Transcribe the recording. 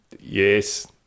Yes